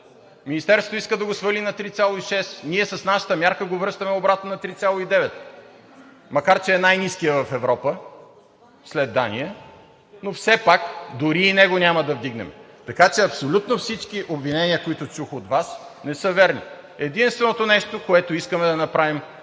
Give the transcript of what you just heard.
Министерството иска да го свали на 3,6. Ние с нашата мярка го връщаме обратно на 3,9. Макар, че е най-ниският в Европа след Дания, дори и него няма да вдигнем. Така че абсолютно всички обвинения, които чух от Вас, не са верни. Единственото нещо, което искаме да направим